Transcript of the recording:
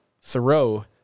Thoreau